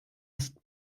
ist